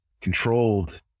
controlled